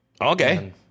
Okay